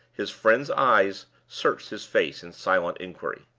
his friend's eyes searched his face in silent inquiry.